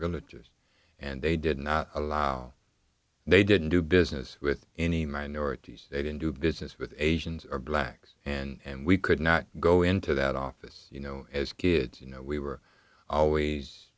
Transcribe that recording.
villages and they did not allow they didn't do business with any minorities they didn't do business with asians or blacks and we could not go into that office you know as kids you know we were always